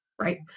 right